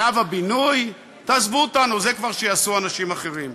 שלב הבינוי, תעזבו אותנו, את זה יעשו אנשים אחרים.